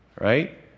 right